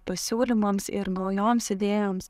pasiūlymams ir naujoms idėjoms